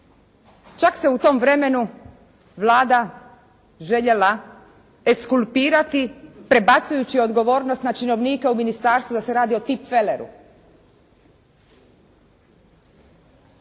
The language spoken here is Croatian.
Čak se u tom vremenu Vlada željela eskulpirati prebacujući odgovornost na činovnike u ministarstvu da se radi o tipfeleru.